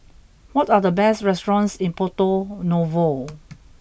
what are the best restaurants in Porto Novo